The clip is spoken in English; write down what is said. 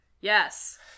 Yes